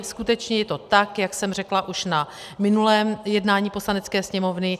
Skutečně je to tak, jak jsem řekla už na minulém jednání Poslanecké sněmovny.